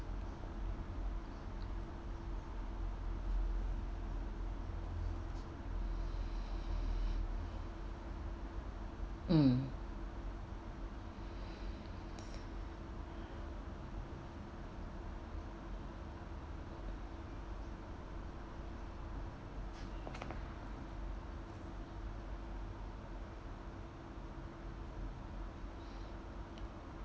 mm